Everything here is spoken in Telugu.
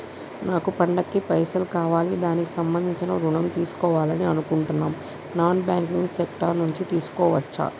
నాకు పండగ కి పైసలు కావాలి దానికి సంబంధించి ఋణం తీసుకోవాలని అనుకుంటున్నం నాన్ బ్యాంకింగ్ సెక్టార్ నుంచి తీసుకోవచ్చా?